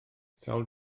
sawl